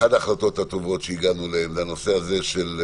אחת ההחלטות הטובות שהגענו אליהן שהצלחנו